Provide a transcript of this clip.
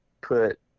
put